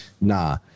nah